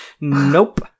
Nope